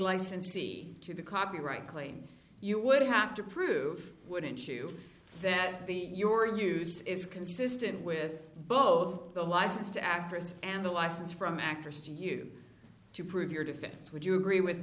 license see to the copyright claim you would have to prove wouldn't you that the your use is consistent with both the license to actresses and a license from actress to you to prove your defense would you agree with